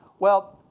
well,